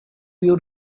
you